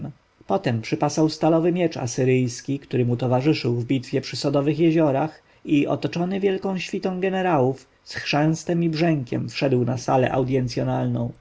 potem przypasał stalowy miecz asyryjski który mu towarzyszył w bitwie przy sodowych jeziorach i otoczony wielką świtą jenerałów z chrzęstem i brzękiem wszedł na salę